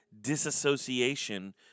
disassociation